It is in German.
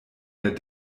der